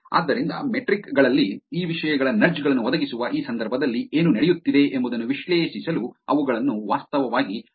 ಆದ್ದರಿಂದ ಮೆಟ್ರಿಕ್ ಗಳಲ್ಲಿ ಈ ವಿಷಯಗಳ ನಡ್ಜ್ ಗಳನ್ನು ಒದಗಿಸುವ ಈ ಸಂದರ್ಭದಲ್ಲಿ ಏನು ನಡೆಯುತ್ತಿದೆ ಎಂಬುದನ್ನು ವಿಶ್ಲೇಷಿಸಲು ಅವುಗಳನ್ನು ವಾಸ್ತವವಾಗಿ ಬಳಸಲಾಗುತ್ತದೆ